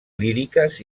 líriques